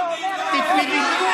דאעש.